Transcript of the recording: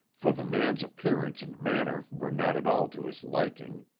for the man's appearance and manner were not at all to his liking.